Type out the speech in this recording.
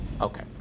Okay